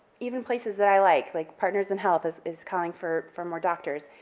even places that i like, like partners in health, is is calling for for more doctors,